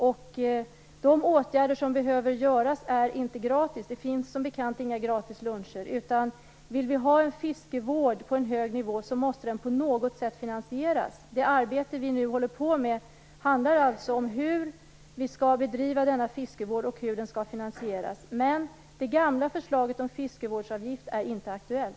De åtgärder som behöver vidtas är inte gratis. De finns som bekant inga gratis luncher. Vill vi ha en fiskevård på en hög nivå måste den finansieras på något sätt. Det arbete vi nu håller på med handlar alltså om hur vi skall bedriva denna fiskevård och hur den skall finansieras. Men det gamla förslaget om fiskevårdsavgift är inte aktuellt.